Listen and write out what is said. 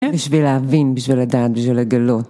בשביל להבין, בשביל לדעת, בשביל לגלות.